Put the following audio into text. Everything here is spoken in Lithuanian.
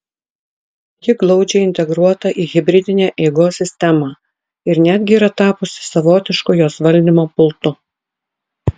ji glaudžiai integruota į hibridinę eigos sistemą ir netgi yra tapusi savotišku jos valdymo pultu